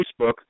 Facebook